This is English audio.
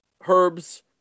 Herb's